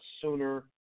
sooner